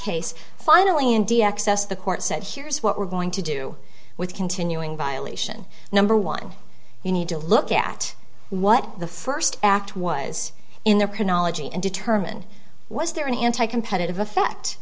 case finally india access the court said here's what we're going to do with continuing violation number one you need to look at what the first act was in the chronology and determine was there an anti competitive effect